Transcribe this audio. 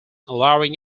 allowing